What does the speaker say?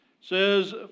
Says